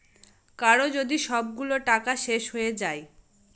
কারো যদি সবগুলো টাকা শেষ হয়ে যায়